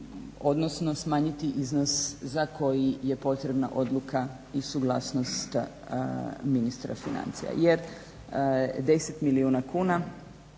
odnosno smanjiti iznos za koji je potrebna odluka i suglasnost ministra financija. Jer 10 milijuna kuna